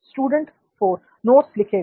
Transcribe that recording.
students 4 notes लिखेगा